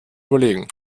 überlegen